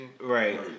Right